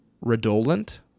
redolent